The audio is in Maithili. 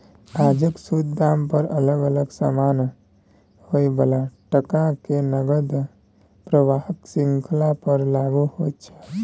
आजुक शुद्ध दाम अलग अलग समय पर होइ बला टका के नकद प्रवाहक श्रृंखला पर लागु होइत छै